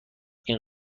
این